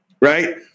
right